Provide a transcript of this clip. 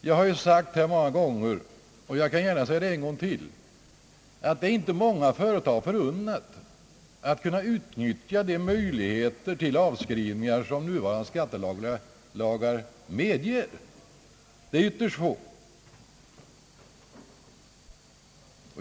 Jag har sagt många gånger, och kan gärna säga det en gång till, att det inte är många företag förunnat att kunna utnyttja de möjligheter till avskrivningar som nuvarande skattelagar medger.